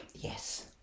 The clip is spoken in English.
Yes